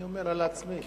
אני אומר על עצמי.